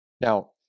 Now